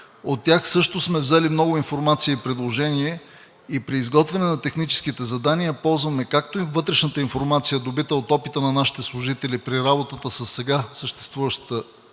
От тях също сме взели много информация и предложения и при изготвяне на техническите задания ползваме както вътрешната информация, добита от опита на нашите служители при работата със сега съществуващата